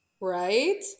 Right